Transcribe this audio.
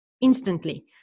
instantly